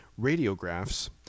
radiographs